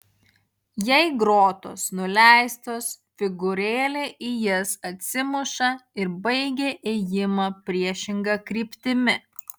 jei grotos nuleistos figūrėlė į jas atsimuša ir baigia ėjimą priešinga kryptimi